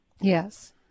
Yes